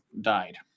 died